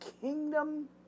kingdom